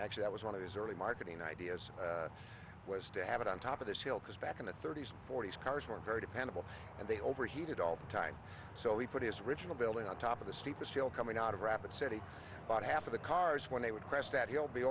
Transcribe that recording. actually that was one of his early marketing ideas was to have it on top of this hill because back in the thirty's and forty's cars were very dependable and they overheated all the time so he put his original building on top of the steepest hill coming out of rapid city about half of the cars when they would crest that he'll be